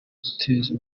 guteza